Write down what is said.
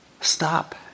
Stop